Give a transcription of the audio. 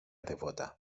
devota